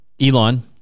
Elon